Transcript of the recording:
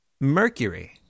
Mercury